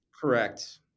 Correct